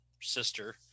sister